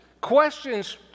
Questions